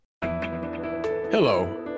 hello